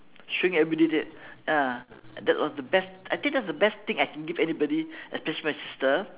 showing everybody that ah that was the best I think that is the best thing I can give anybody especially my sister